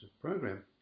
program